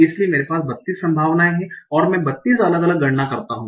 इसलिए मेरे पास 32 संभावनाएं हैं और मैं 32 अलग अलग गणना करता हूं